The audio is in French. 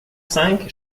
cinq